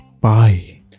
bye